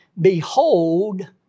Behold